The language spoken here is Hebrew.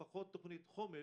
לפחות תוכנית חומש,